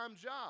job